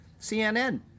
CNN